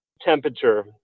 temperature